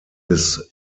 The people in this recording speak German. des